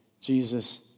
Jesus